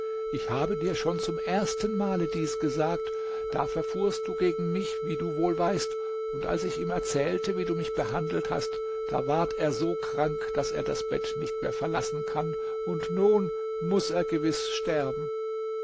ich habe dir schon zum erstenmale dies gesagt da verfuhrst du gegen mich wie du wohl weißt und als ich ihm erzählte wie du mich behandelt hast da ward er so krank daß er das bett nicht mehr verlassen kann und nun muß er gewiß sterben